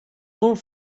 molt